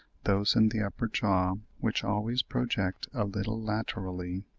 those in the upper jaw, which always project a little laterally,